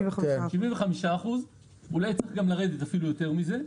75%. 75%. אולי צריך לרדת אפילו יותר מזה.